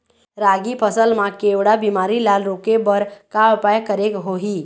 रागी फसल मा केवड़ा बीमारी ला रोके बर का उपाय करेक होही?